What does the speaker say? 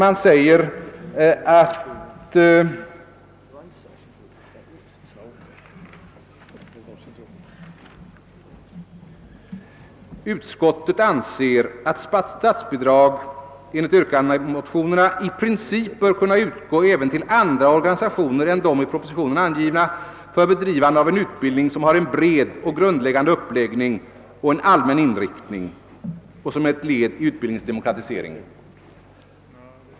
Jo, de säger att statsbidrag enligt yrkandena i motionerna i princip bör kunna utgå även till andra organisationer än de i propositionen angivna för bedrivande av en utbildning som har en bred och grundläggande uppläggning och en allmän inriktning och som är ett led i utbildningens demokratisering.